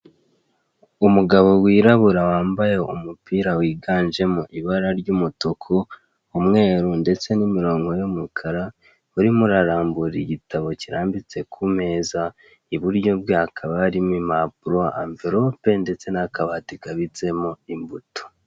Umugabo wirabura wambaye umupira wiganjemo ibara ry'umutuku, umwe ndetse n'imirongo y'umukara urimo urarambura igitabo kirambitse ku meza, iburyo bwe hakaba harimo impapuro, anvelope ndetse n'akabati kabitsemo imbuto.